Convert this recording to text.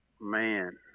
man